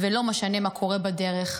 ולא משנה מה קורה בדרך.